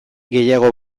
gehiago